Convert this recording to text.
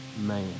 man